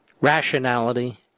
Rationality